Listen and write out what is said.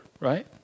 right